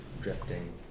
drifting